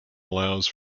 allows